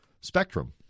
Spectrum